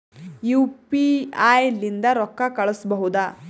UPI ಲಿಂದ ರೊಕ್ಕ ಕಳಿಸಬಹುದಾ?